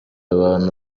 abantu